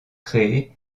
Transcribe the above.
créés